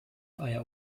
eier